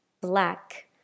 black